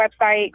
website